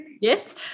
yes